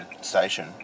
Station